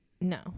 No